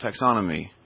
taxonomy